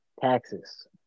Taxes